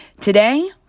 today